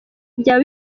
byaba